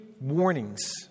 warnings